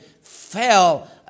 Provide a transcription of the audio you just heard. fell